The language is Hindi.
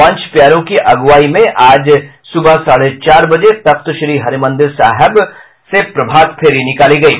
पंच प्यारों की अगुवाई में आज सुबह साढ़े चार बजे तख्त श्री हरि मंदिर पटना साहिब से प्रभातफेरी निकाली गयी